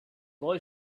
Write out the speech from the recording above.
boy